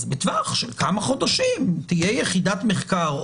אז בטווח של כמה חודשים תהיה יחידת מחקר,